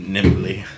Nimbly